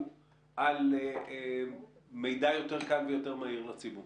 על מידע יותר קל ויותר מהיר לציבור?